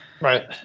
right